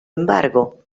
embargo